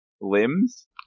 limbs